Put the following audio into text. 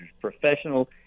professional